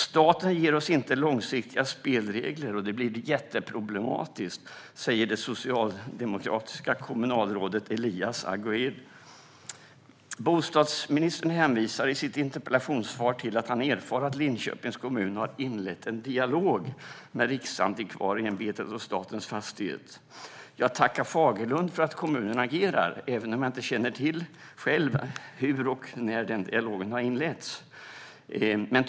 Staten ger oss inte långsiktiga spelregler, och det blir jätteproblematiskt, säger det socialdemokratiska kommunalrådet Elias Aguirre. Bostadsministern hänvisar i sitt interpellationssvar till att han erfar att Linköpings kommun har inlett en dialog med Riksantikvarieämbetet och Statens fastighetsverk. Ja, tacka fagerlund för att kommunen reagerar, även om jag själv inte känner till hur och när dialogen inleddes.